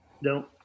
No